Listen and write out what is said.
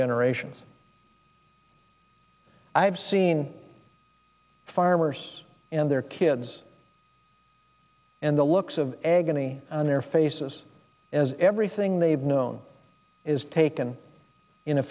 generations i have seen farmers and their kids and the looks of agony on their faces as everything they have known is taken in a